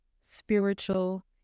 spiritual